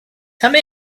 come